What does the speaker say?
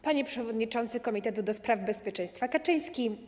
Panie Przewodniczący Komitetu do spraw Bezpieczeństwa Kaczyński!